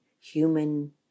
human